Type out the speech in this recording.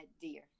dear